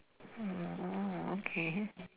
mm orh okay